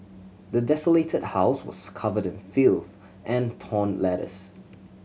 the desolated house was covered in filth and torn letters